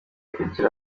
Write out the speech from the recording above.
kugira